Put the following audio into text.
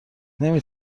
نمی